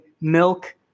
milk